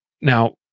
Now